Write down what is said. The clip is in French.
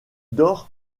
dort